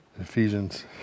Ephesians